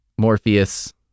Morpheus